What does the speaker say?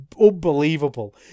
unbelievable